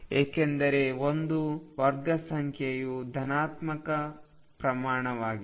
ಏಕೆಂದರೆ ಒಂದು ವರ್ಗಸಂಖ್ಯೆಯು ಧನಾತ್ಮಕ ಪ್ರಮಾಣವಾಗಿದೆ